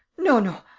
no, no.